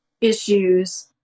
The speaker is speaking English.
issues